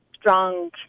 strong